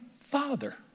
father